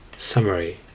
Summary